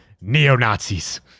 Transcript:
Neo-Nazis